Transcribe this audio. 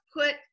put